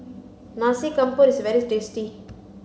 Nasi Campur is very tasty